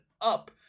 up